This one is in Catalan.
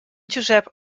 josep